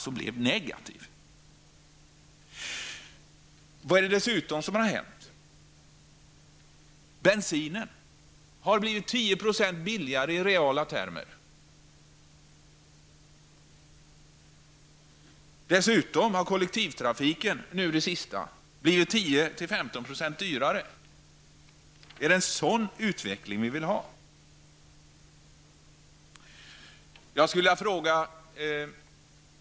Vad är det dessutom som har hänt? Bensinen har blivit 10 % billigare i reala termer. Dessutom har kollektivtrafiken nu senast blivit 10--15 % dyrare. Är det en sådan utveckling vi vill ha?